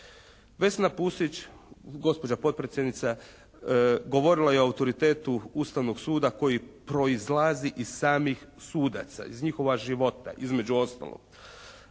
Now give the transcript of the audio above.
Vesna Pusić, gospođa potpredsjednica govorila je o autoritetu Ustavnog suda koji proizlazi iz samih sudaca, iz njihova života između ostalog,